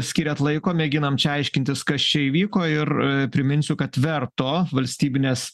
skiriat laiko mėginam aiškintis kas čia įvyko ir priminsiu kad verto valstybinės